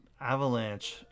avalanche